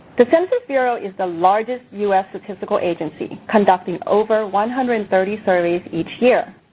the census bureau is the largest us statistical agency conducting over one hundred and thirty surveys each year.